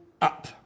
up